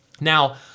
Now